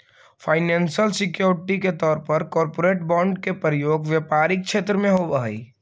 financial security के तौर पर कॉरपोरेट बॉन्ड के प्रयोग व्यापारिक क्षेत्र में होवऽ हई